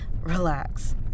Relax